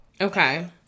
Okay